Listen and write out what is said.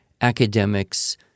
academics